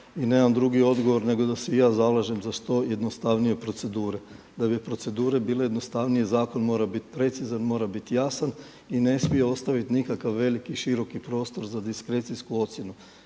i nemam drugi odgovor nego da se i ja zalažem za što jednostavnije procedure. Da bi procedure bile jednostavnije zakon mora biti precizan, mora biti jasan i ne smije ostaviti nikakav veliki, široki prostor za diskrecijsku ocjenu